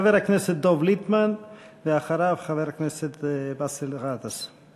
חבר הכנסת דב ליפמן, ואחריו, חבר הכנסת באסל גטאס.